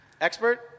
Expert